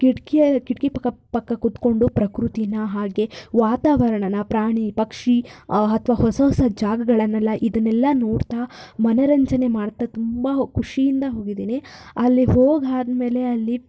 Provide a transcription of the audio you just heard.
ಕಿಟಕಿಯ ಕಿಟಕಿ ಪಕ್ಕ ಪಕ್ಕ ಕುತ್ಕೊಂಡು ಪ್ರಕೃತಿನ ಹಾಗೆ ವಾತಾವರಣನ ಪ್ರಾಣಿ ಪಕ್ಷಿ ಅಥವಾ ಹೊಸ ಹೊಸ ಜಾಗಗಳನ್ನೆಲ್ಲ ಇದನ್ನೆಲ್ಲ ನೋಡ್ತಾ ಮನೋರಂಜನೆ ಮಾಡ್ತಾ ತುಂಬ ಖುಷಿಯಿಂದ ಹೋಗಿದ್ದೀನಿ ಅಲ್ಲಿ ಹೋಗಿ ಆದಮೇಲೆ ಅಲ್ಲಿ